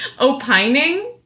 Opining